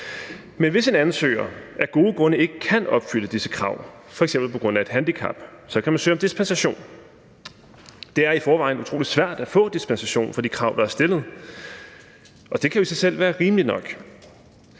Men hvis en ansøger af gode grunde ikke kan opfylde disse krav, f.eks. på grund af et handicap, kan vedkommende søge om dispensation. Det er i forvejen utrolig svært at få dispensation fra de krav, der er stillet, og det kan i sig selv være rimeligt nok.